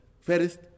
first